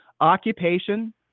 occupation